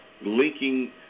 linking